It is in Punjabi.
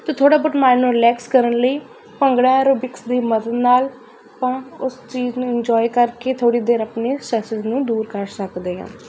ਅਤੇ ਥੋੜ੍ਹਾ ਬਹੁਤ ਮਾਈਡ ਨੂੰ ਰੀਲੈਕਸ ਕਰਨ ਲਈ ਭੰਗੜਾ ਐਰੋਬਿਕਸ ਦੀ ਮਦਦ ਨਾਲ ਆਪਾਂ ਉਸ ਚੀਜ਼ ਨੂੰ ਇੰਜੋਏ ਕਰਕੇ ਥੋੜ੍ਹੀ ਦੇਰ ਆਪਣੇ ਸਟ੍ਰੈਸ ਨੂੰ ਦੂਰ ਕਰ ਸਕਦੇ ਹਾਂ